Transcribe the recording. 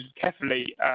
carefully